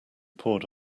poured